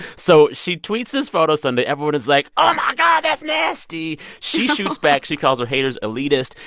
so she tweets this photo sunday. everyone is like, oh, my god. that's nasty. she. shoots back. she calls her haters elitist.